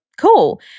cool